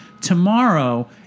Tomorrow